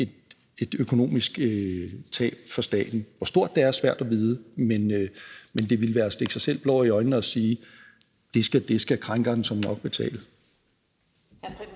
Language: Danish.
et økonomisk tab for staten. Hvor stort det er, er svært at vide, men det ville være at stikke sig selv blår i øjnene at sige, at det skal krænkeren såmænd nok betale.